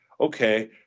Okay